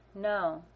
No